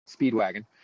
Speedwagon